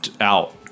out